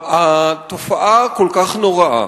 התופעה כל כך נוראה,